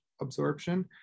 absorption